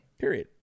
Period